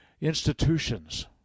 institutions